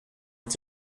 est